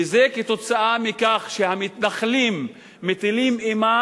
וזה כתוצאה מכך שהמתנחלים מטילים אימה